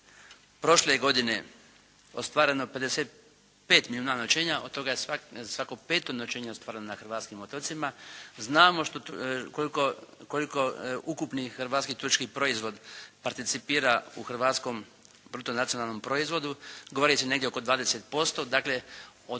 prošle godine ostvareno 55 milijuna noćenja od toga je svako 5. noćenje ostvareno na hrvatskim otocima. Znamo koliko ukupni hrvatski turistički proizvod participira u hrvatskom bruto nacionalnom proizvodu, govori se negdje oko 20%, dakle od